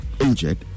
injured